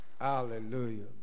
Hallelujah